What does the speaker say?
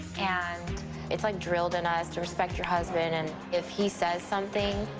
and it's like drilled in us to respect your husband, and if he says something,